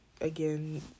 again